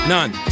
None